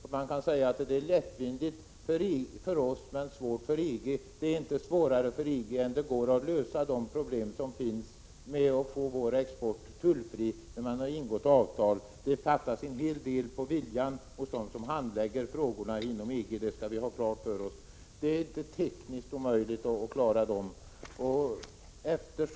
Man kan säga att det är lättvindigt för oss men svårt för EG. Det är dock inte svårare för EG än att det går att lösa det problem som finns med att göra vår export tullfri när man har ingått avtal. Det saknas en hel del i viljan hos dem som handlägger frågorna inom EG, och det skall vi ha klart för oss. Det är inte tekniskt omöjligt att klara detta.